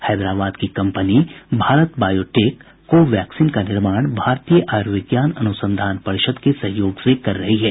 हैदराबाद की company Bharat Biotech को vaccine का निर्माण भारतीय आयुर्विज्ञान अनुसंधान परिषद के सहयोग से कर रही है